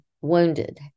wounded